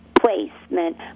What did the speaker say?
placement